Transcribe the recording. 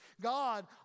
God